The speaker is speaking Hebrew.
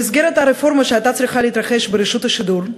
במסגרת הרפורמה שהייתה צריכה להתרחש ברשות השידור,